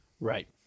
Right